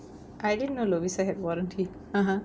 I didn't know Lovisa have warranty (uh huh)